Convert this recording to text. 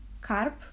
carp